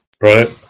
Right